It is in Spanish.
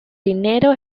dinero